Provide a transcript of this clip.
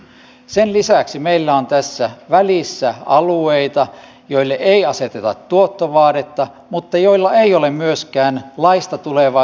sen lisäksi meillä on tässä välissä alueita joille ei aseteta tuottovaadetta mutta joilla ei ole myöskään laista tulevaa suojelurajoitetta